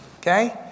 Okay